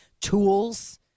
tools